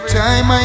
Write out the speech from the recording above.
time